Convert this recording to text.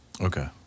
Okay